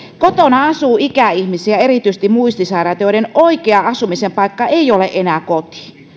kotona asuu ikäihmisiä erityisesti muistisairaita joiden oikea asumisen paikka ei ole enää koti